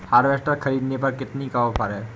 Harvester ख़रीदने पर कितनी का ऑफर है?